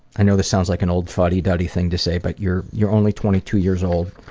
i know this sounds like an old fuddy-duddy thing to say, but you're you're only twenty two years old,